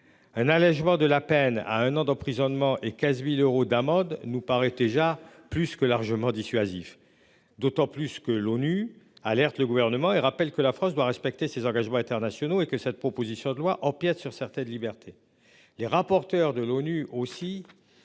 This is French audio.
Un allégement de la peine à un an d'emprisonnement et 15.000 euros d'amende nous paraît déjà plus que largement dissuasif d'autant plus que l'ONU, alerte le gouvernement et rappelle que la France doit respecter ses engagements internationaux et que cette proposition de loi empiète sur certaines libertés les rapporteurs de l'ONU aussi.